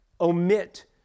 omit